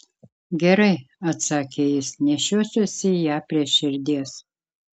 gerai atsakė jis nešiosiuosi ją prie širdies